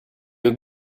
ook